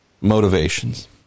motivations